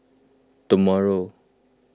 tomorrow